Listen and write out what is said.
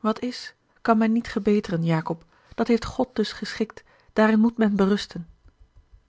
wat is kan men niet gebeteren jacob dat heeft god dus geschikt daarin moet men berusten